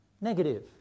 negative